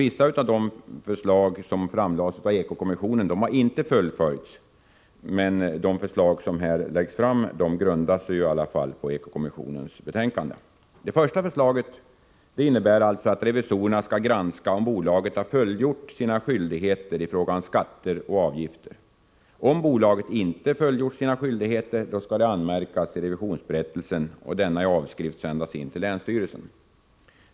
Vissa av de förslag som framlades av Eko-kommissionen har inte fullföljts. Det första förslaget i propositionen innebär att revisorerna skall granska om bolaget fullgjort sina skyldigheter i fråga om skatter och avgifter. Om bolaget inte fullgjort sina skyldigheter skall det anmärkas i revisionsberättelsen, och denna skall i avskrift sändas in till länsstyrelsen.